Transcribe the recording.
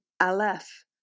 aleph